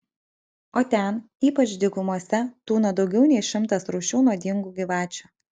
o ten ypač dykumose tūno daugiau nei šimtas rūšių nuodingų gyvačių